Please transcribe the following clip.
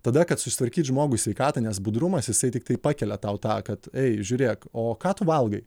tada kad susitvarkyt žmogui sveikatą nes budrumas jisai tiktai pakelia tau tą kad ei žiūrėk o ką tu valgai